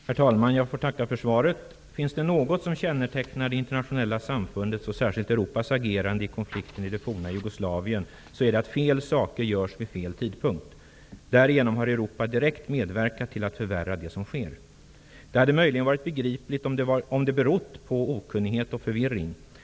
Herr talman! Jag får tacka för svaret. Finns det något som kännetecknar det internationella samfundets och särskilt Europas agerande i konflikten i det forna Jugoslavien, så är det att fel saker görs vid fel tidpunkt. Därigenom har Europa direkt medverkat till att förvärra det som sker. Det hade möjligen varit begripligt om det berott på okunnighet och förvirring.